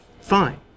Fine